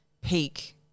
peak